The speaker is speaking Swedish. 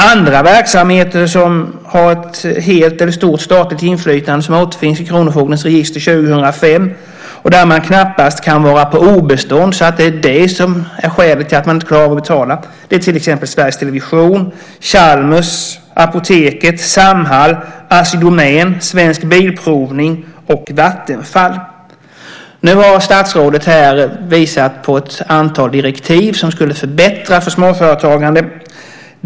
Andra verksamheter som har ett helstatligt eller ett stort statligt inflytande och som återfinns i kronofogdens register år 2005 och där man knappast kan vara på obestånd så att det är det som är skälet till att man inte klarar av att betala är till exempel Sveriges Television, Chalmers, Apoteket, Samhall, Assi Domän, Svensk Bilprovning och Vattenfall. Nu har statsrådet här visat på ett antal direktiv som skulle förbättra för småföretagandet.